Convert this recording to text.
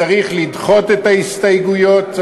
צריך לדחות את ההסתייגויות,